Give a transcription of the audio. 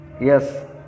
Yes